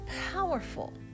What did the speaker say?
powerful